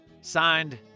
Signed